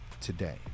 today